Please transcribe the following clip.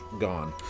Gone